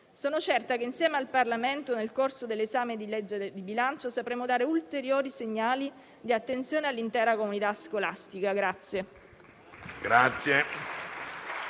Sono certa che, insieme al Parlamento, nel corso dell'esame del disegno di legge di bilancio sapremo dare ulteriori segnali di attenzione all'intera comunità scolastica.